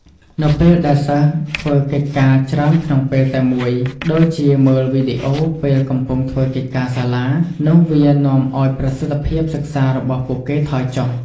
នៅពេលដែលសិស្សធ្វើកិច្ចការច្រើនក្នុងពេលតែមួយ ដូចជាមើលវីដេអូ ពេលកំពុងធ្វើកិច្ចការសាលា នោះវានាំឱ្យប្រសិទ្ធភាពសិក្សារបស់ពួកគេថយចុះ។